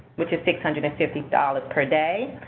which is six hundred and fifty dollars per day